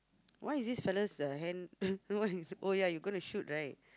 why is this fellas the hand oh ya you gonna shoot right